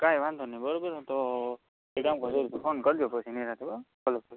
કંઈ વાંધો નહીં બરાબર તો કંઈ કામકાજ હોય તો ફોન કરજો પછી નિંરાતે બરાબર ભલે ભલે